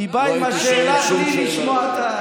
היא באה עם השאלה בלי לשמוע את,